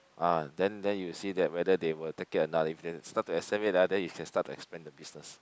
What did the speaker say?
ah then then you see that whether they will take it or not if they start to accept it ah then you can start to expand the business